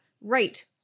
right